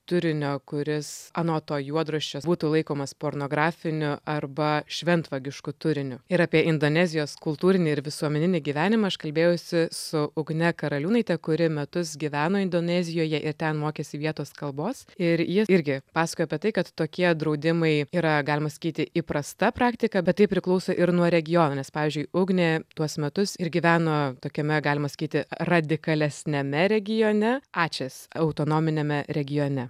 turinio kuris anot to juodraščio būtų laikomas pornografiniu arba šventvagišku turiniu ir apie indonezijos kultūrinį ir visuomeninį gyvenimą aš kalbėjausi su ugne karaliūnaite kuri metus gyveno indonezijoje ir ten mokėsi vietos kalbos ir ji irgi pasakojo apie tai kad tokie draudimai yra galima sakyti įprasta praktika bet tai priklauso ir nuo regiono nes pavyzdžiui ugnė tuos metus ir gyveno tokiame galima sakyti radikalesniame regione ačes autonominiame regione